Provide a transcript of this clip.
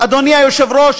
אדוני היושב-ראש,